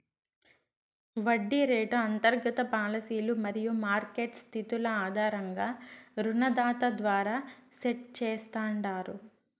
వడ్డీ రేటు అంతర్గత పాలసీలు మరియు మార్కెట్ స్థితుల ఆధారంగా రుణదాత ద్వారా సెట్ చేస్తాండారు